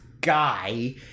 guy